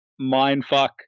Mindfuck